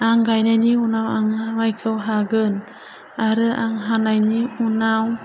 आं गायनायनि उनाव आङो माइखौ हागोन आरो आं हानायनि उनाव